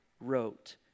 wrote